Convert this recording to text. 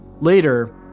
Later